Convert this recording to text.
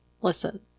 Listen